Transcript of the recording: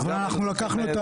אז גם היינו צריכים?